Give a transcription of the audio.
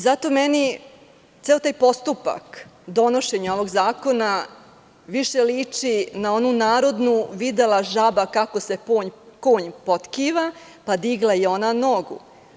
Zato meni ceo taj postupak donošenja ovog zakona više liči na onu narodnu „Videla žaba kako se konj potkiva, pa digla i ona nogu“